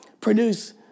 produce